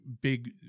big